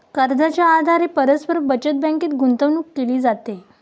कर्जाच्या आधारे परस्पर बचत बँकेत गुंतवणूक केली जाते